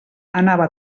anava